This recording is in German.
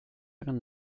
ihren